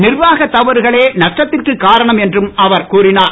நிர்வாகத் தவறுகளே நஷ்டத்திற்கு காரணம் என்றும் அவர் கூறினார்